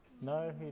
No